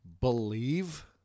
believe